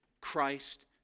Christ